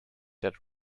that